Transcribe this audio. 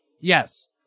Yes